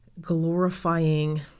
glorifying